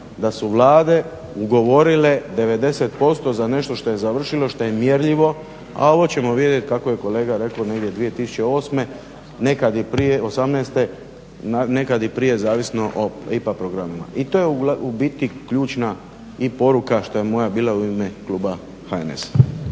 da su Vlade ugovorile 90% za nešto što je završilo, što je mjerljivo, a ovo ćemo vidjeti kako je kolega rekao negdje 2008. nekad i prije osamnaeste, nekad i prije zavisno o IPA programima. I to je u biti ključna i poruka što je moja bila u ime kluba HNS-a.